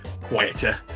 quieter